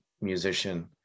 musician